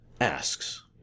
asks